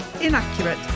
inaccurate